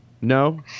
No